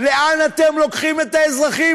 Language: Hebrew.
לאן אתם לוקחים את האזרחים?